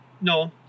No